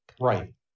Right